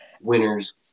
winners